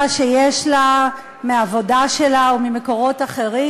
שיש לה מהעבודה שלה או ממקורות אחרים.